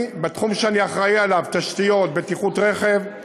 אני, בתחום שאני אחראי לו, תשתיות, בטיחות רכב,